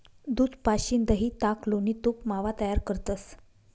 दूध पाशीन दही, ताक, लोणी, तूप, मावा तयार करतंस